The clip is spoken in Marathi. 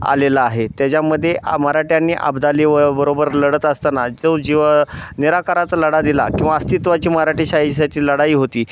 आलेलं आहे त्याच्यामध्ये आ मराठ्यांनी अब्दाली व बरोबर लढत असताना जो जीव निराकाराचा लढा दिला किंवा अस्तित्त्वाची मराठेशाहीसाठी लढाई होती